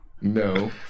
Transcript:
no